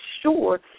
sure